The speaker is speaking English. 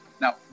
Now